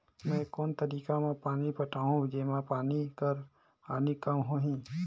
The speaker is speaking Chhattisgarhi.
मैं कोन तरीका म पानी पटाहूं जेमा पानी कर हानि कम होही?